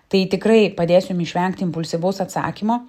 tai tikrai padės jum išvengti impulsyvaus atsakymo